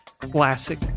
Classic